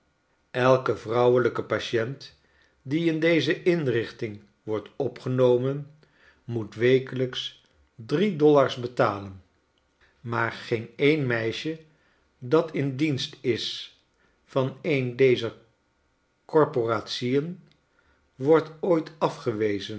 elke vrouwelijke patient die in deze inrichting wordt opgenomen moet wekelijks drie dollars betalen maar geen een meisje dat in dienst is van een dezer corporation wordt ooit afgewezen